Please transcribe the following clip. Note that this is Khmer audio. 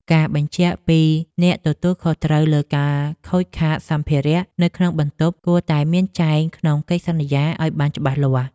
ការបញ្ជាក់ពីអ្នកទទួលខុសត្រូវលើការខូចខាតសម្ភារៈនៅក្នុងបន្ទប់គួរតែមានចែងក្នុងកិច្ចសន្យាឱ្យបានច្បាស់លាស់។